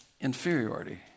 inferiority